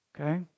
Okay